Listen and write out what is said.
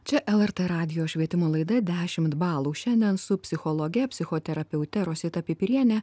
čia lrt radijo švietimo laida dešimt balų šiandien su psichologe psichoterapeute rosita pipiriene